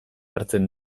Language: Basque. hartzen